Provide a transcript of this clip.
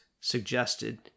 suggested